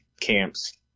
camps